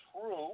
True